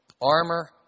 armor